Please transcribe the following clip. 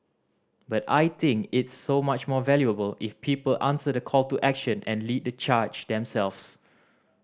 but I think it's so much more valuable if people answer the call to action and lead the charge themselves